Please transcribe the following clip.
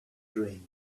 dream